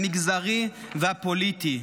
המגזרי והפוליטי.